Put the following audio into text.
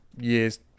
years